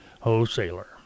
Wholesaler